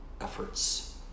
efforts